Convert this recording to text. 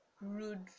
rude